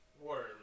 worm